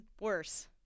worse